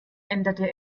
änderte